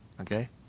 okay